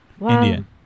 Indian